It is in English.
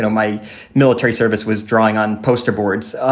so my military service was drawing on poster boards,